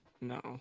No